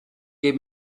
gave